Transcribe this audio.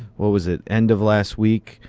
what was it, end of last week,